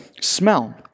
smell